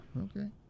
okay